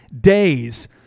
days